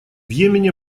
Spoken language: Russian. йемене